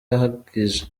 ahagije